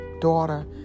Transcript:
daughter